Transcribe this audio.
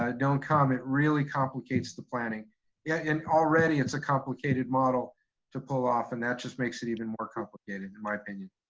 ah don't come it really complicates the planning yeah and already it's a complicated model to pull off. and that just makes it even more complicated in my opinion.